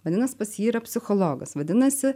vadinas pas jį yra psichologas vadinasi